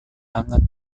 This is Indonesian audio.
hangat